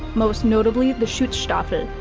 most notably the schutzstaffel,